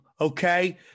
okay